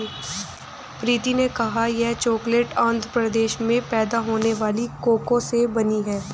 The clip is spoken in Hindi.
प्रीति ने कहा यह चॉकलेट आंध्र प्रदेश में पैदा होने वाले कोको से बनी है